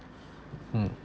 mm